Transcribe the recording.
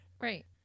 Right